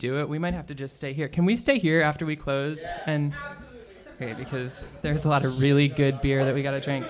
do it we might have to just stay here can we stay here after we close and pay because there's a lot of really good beer that we got to drink